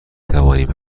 توانیم